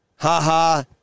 Ha-ha